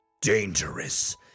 Dangerous